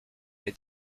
est